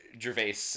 gervais